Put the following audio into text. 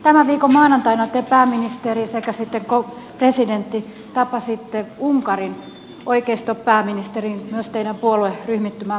tämän viikon maanantaina te pääministeri sekä presidentti tapasitte unkarin oikeistopääministerin myös teidän puolueryhmittymäänne kuuluvan henkilön